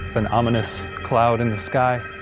an ominous cloud in the sky.